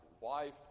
wife